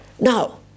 Now